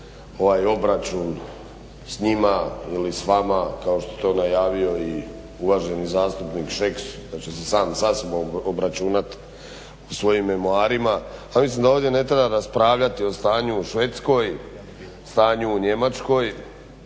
ovaj obračun s njima ili s vama kao što je to najavio i uvaženi zastupnik Šeks da će se sam sa sobom obračunati u svojim memoarima. A mislim da ovdje ne treba raspravljati o stanju u Švedskoj, stanju u Njemačkoj.